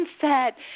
sunset